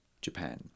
Japan